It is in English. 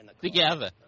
together